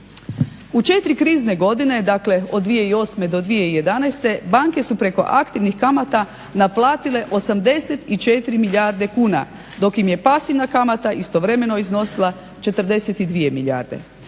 U četiri krizne godine, dakle od 2008. do 2011. banke su preko aktivnih kamata naplatile 84 milijarde kuna dok im je pasivna kamata istovremeno iznosila 42 milijarde.